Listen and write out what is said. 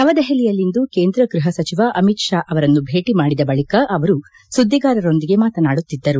ನವದೆಹಲಿಯಲ್ಲಿಂದು ಕೇಂದ್ರ ಗೃಹ ಸಚಿವ ಅಮಿತ್ ಶಾ ಅವರನ್ನು ಭೇಟಿ ಮಾಡಿದ ಬಳಿಕ ಅವರು ಸುದ್ದಿಗಾರರೊಂದಿಗೆ ಮಾತನಾಡುತ್ತಿದ್ದರು